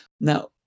now